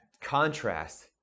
contrast